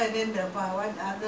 not many there who's there